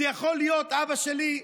זה יכול להיות אבא שלי,